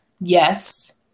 Yes